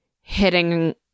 hitting